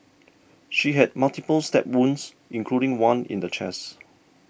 she had multiple stab wounds including one in the chest